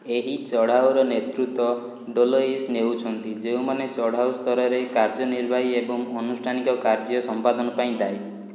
ଏହି ଚଢ଼ାଉର ନେତୃତ୍ୱ ଡ଼ୋଲୋଇସ୍ ନେଉଛନ୍ତି ଯେଉଁମାନେ ଚଢ଼ାଉ ସ୍ତରରେ କାର୍ଯ୍ୟନିର୍ବାହୀ ଏବଂ ଆନୁଷ୍ଠାନିକ କାର୍ଯ୍ୟ ସମ୍ପାଦନ ପାଇଁ ଦାୟୀ